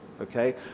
okay